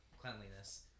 cleanliness